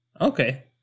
Okay